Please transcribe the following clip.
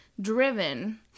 driven